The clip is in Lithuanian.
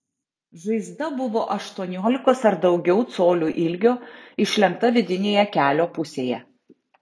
žaizda buvo aštuoniolikos ar daugiau colių ilgio išlenkta vidinėje kelio pusėje